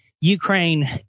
Ukraine